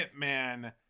hitman